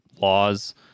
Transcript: laws